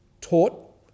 taught